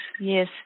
yes